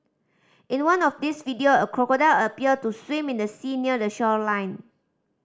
in one of these video a crocodile appear to swim in the sea near the shoreline